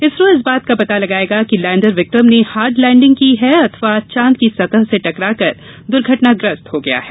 इसरो इस बात का पता लगायेगा की लैंडर विक्रम ने हार्ड लैंडिंग की है अथवा चांद की सतह से टकराकर दुर्घटनाग्रस्त हो गया है